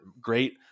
great